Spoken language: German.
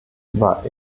war